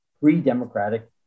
pre-democratic